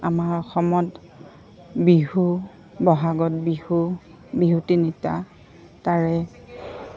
আমাৰ অসমত বিহু বহাগত বিহু বিহু তিনিটা তাৰে